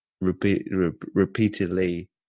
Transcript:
repeatedly